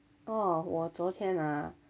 哦我昨天啊